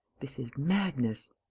this is madness.